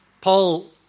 Paul